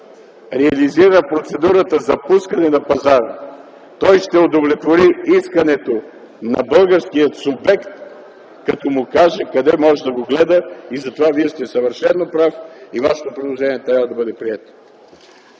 реализира процедурата за пускане на пазара, той ще удовлетвори искането на българския субект, като му каже къде може да го гледа. Затова Вие сте съвършено прав и Вашето предложение трябва да бъде прието.